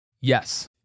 Yes